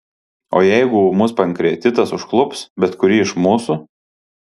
o jeigu ūmus pankreatitas užklups bet kurį iš mūsų